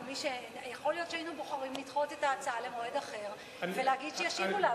יכול להיות שהיינו בוחרים לדחות את ההצעה למועד אחר ולהגיד שישיבו לנו.